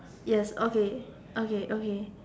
yes okay okay okay